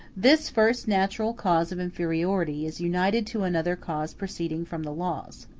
this first natural cause of inferiority is united to another cause proceeding from the laws.